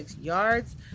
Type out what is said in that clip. yards